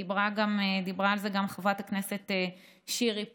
דיברה גם חברת הכנסת שירלי פינטו,